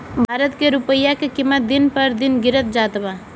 भारत के रूपया के किमत दिन पर दिन गिरत जात बा